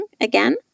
again